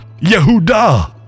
Yehuda